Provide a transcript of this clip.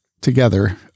together